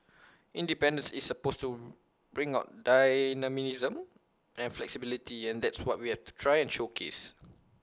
independence is supposed to bring about dynamism and flexibility and that's what we have to try and showcase